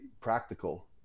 practical